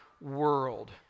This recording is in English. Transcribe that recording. world